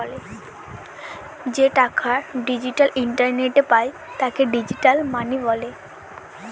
যে টাকা ডিজিটাল ইন্টারনেটে পায় তাকে ডিজিটাল মানি বলে